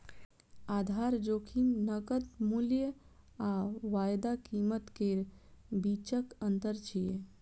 आधार जोखिम नकद मूल्य आ वायदा कीमत केर बीचक अंतर छियै